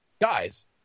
guys